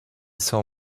saw